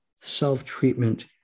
self-treatment